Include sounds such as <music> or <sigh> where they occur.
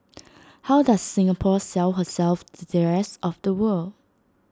how does Singapore sell herself <noise> to the rest of the world